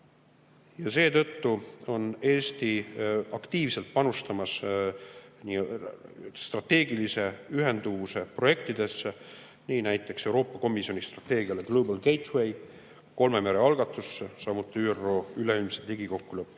Seetõttu on Eesti aktiivselt panustamas strateegilise ühenduvuse projektidesse, näiteks Euroopa Komisjoni strateegiasse "Global Gateway", kolme mere algatusse, samuti ÜRO üleilmse digikokkuleppe